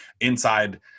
inside